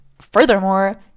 furthermore